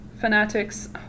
fanatics